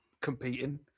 competing